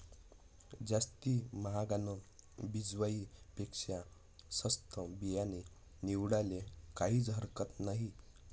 जास्ती म्हागानं बिजवाई पेक्शा सस्तं बियानं निवाडाले काहीज हरकत नही